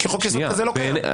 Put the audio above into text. כי חוק יסוד שכזה לא קיים.